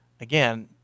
again